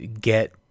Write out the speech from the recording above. get